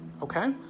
Okay